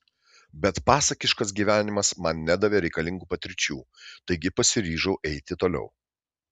bet pasakiškas gyvenimas man nedavė reikalingų patirčių taigi pasiryžau eiti toliau